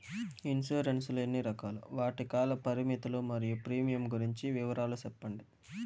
Insurance లు ఎన్ని రకాలు? వాటి కాల పరిమితులు మరియు ప్రీమియం గురించి వివరాలు సెప్పండి?